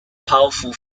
powerful